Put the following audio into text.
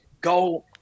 go